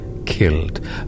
Killed